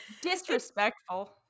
Disrespectful